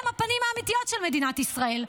והם הפנים האמיתיות של מדינת ישראל,